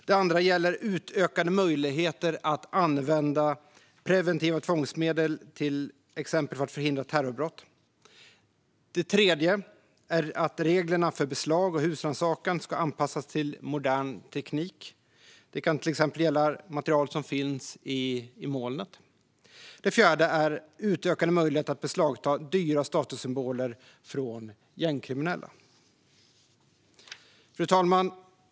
Det andra gäller utökade möjligheter att använda preventiva tvångsmedel, till exempel för att förhindra terrorbrott. Det tredje är att reglerna för beslag och husrannsakan ska anpassas till modern teknik. Det kan till exempel gälla material som finns i molnet. Det fjärde är utökade möjligheter att beslagta dyra statussymboler från gängkriminella. Fru talman!